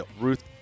Ruth